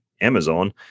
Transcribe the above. Amazon